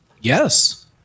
Yes